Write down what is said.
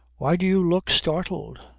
why do you look startled?